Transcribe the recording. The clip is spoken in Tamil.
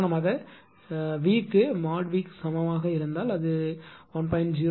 உதாரணமாக V க்கு மோட் V சமமாக இருந்தால் அது 1